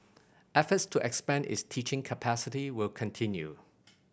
efforts to expand its teaching capacity will continue